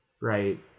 right